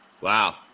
Wow